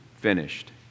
finished